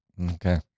Okay